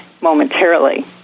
momentarily